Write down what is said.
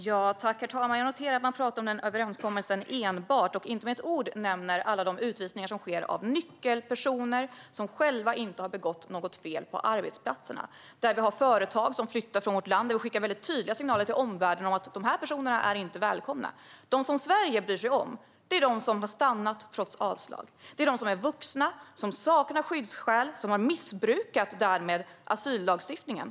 Herr talman! Jag noterar att ministern enbart talar om överenskommelsen och inte med ett ord nämner alla de utvisningar som sker av nyckelpersoner, som själva inte har begått något fel på arbetsplatserna. Det finns företag som flyttar från vårt land, och vi skickar väldigt tydliga signaler till omvärlden om att dessa personer inte är välkomna. Dem Sverige bryr sig om är de som får stanna trots avslag. Det här är personer som är vuxna, som saknar skyddsskäl och som därmed har missbrukat asyllagstiftningen.